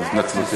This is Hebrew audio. התנצלותי.